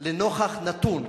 לנוכח נתון,